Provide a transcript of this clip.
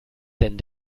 denn